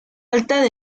alta